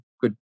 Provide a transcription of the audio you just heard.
good